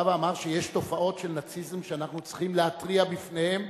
בא ואמר שיש תופעות של נאציזם שאנחנו צריכים להתריע עליהן,